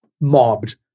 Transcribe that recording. mobbed